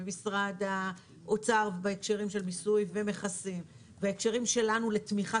ומשרד האוצר בהקשרים של מיסוי ומכסים והקשרים שלנו לתמיכה